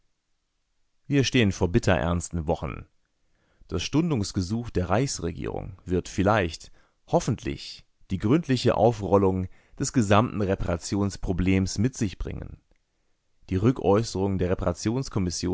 wir stehen vor bitterernsten wochen das stundungsgesuch der reichsregierung wird vielleicht hoffentlich die gründliche aufrollung des gesamten reparationsproblems mit sich bringen die rückäußerung der